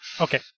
Okay